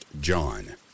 John